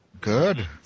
Good